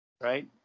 right